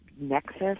nexus